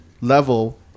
level